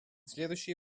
следующие